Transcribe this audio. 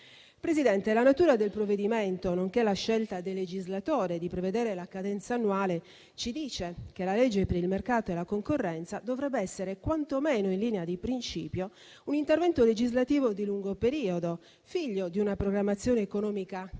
Presidente, la natura del provvedimento, nonché la scelta del legislatore di prevedere la cadenza annuale ci dicono che la legge per il mercato e la concorrenza dovrebbe essere, quantomeno in linea di principio, un intervento legislativo di lungo periodo, figlio di una programmazione economica